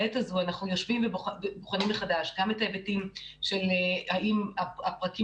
בעת הזו אנחנו יושבים ובוחנים מחדש גם את ההיבטים של האם הפרקים